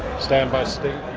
stand by stage.